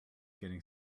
getting